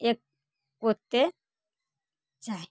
এক করতে চায়